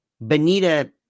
Benita